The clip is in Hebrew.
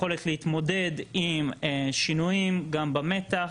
יכולת להתמודד עם שינויים גם במתח,